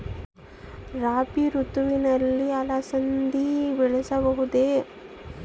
ರಾಭಿ ಋತುವಿನಲ್ಲಿ ಅಲಸಂದಿ ಬೆಳೆಯಬಹುದೆ?